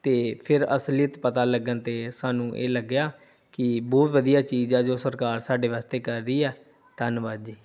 ਅਤੇ ਫਿਰ ਅਸਲੀਅਤ ਪਤਾ ਲੱਗਣ 'ਤੇ ਸਾਨੂੰ ਇਹ ਲੱਗਿਆ ਕਿ ਬਹੁਤ ਵਧੀਆ ਚੀਜ਼ ਆ ਜੋ ਸਰਕਾਰ ਸਾਡੇ ਵਾਸਤੇ ਕਰ ਰਹੀ ਆ ਧੰਨਵਾਦ ਜੀ